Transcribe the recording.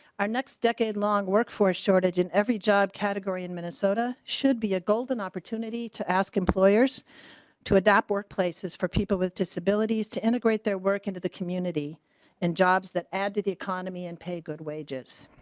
our next decade long workforce shortage in every job category and minnesota should be a golden opportunity to ask employers to adapt workplaces for people with disabilities to integrate their work into that community and jobs that add to the economy and pay good wages.